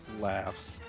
laughs